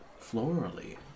Florally